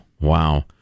Wow